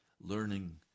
learning